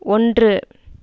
ஒன்று